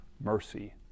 mercy